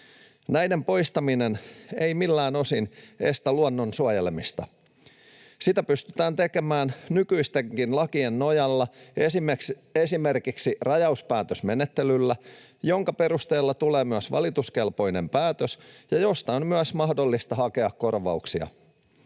Näiden poistaminen ei millään osin estä luonnon suojelemista. Sitä pystytään tekemään nykyistenkin lakien nojalla ja esimerkiksi rajauspäätösmenettelyllä, jonka perusteella tulee myös valituskelpoinen päätös ja josta on myös mahdollista hakea korvauksia.